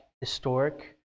historic